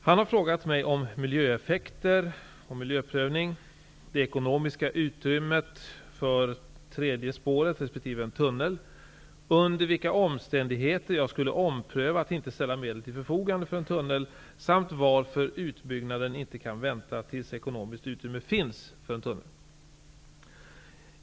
Han har frågat mig om miljöeffekter och miljöprövning, det ekonomiska utrymmet för tredje spåret resp. en tunnel, under vilka omständigheter jag skulle ompröva att inte ställa medel till förfogande för en tunnel samt varför utbyggnaden inte kan vänta tills ekonomiskt utrymme finns för en tunnel.